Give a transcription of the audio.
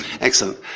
Excellent